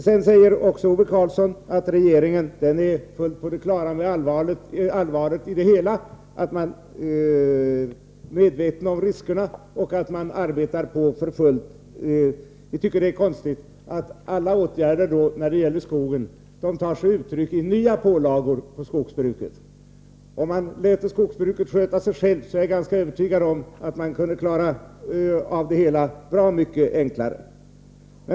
Sedan säger Ove Karlsson att regeringen är fullt på det klara med allvaret och riskerna och arbetar på för fullt. Vi tycker det är konstigt att alla åtgärder när det gäller skogen då tar sig uttryck i nya pålagor på skogsbruket. Om man läte skogsbruket sköta sig självt, är jag ganska övertygad om att man kunde klara av det hela bra mycket enklare.